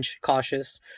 cautious